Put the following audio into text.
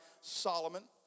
Solomon